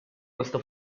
questo